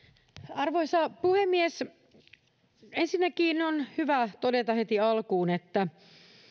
arvoisa puhemies ensinnäkin on hyvä todeta heti alkuun että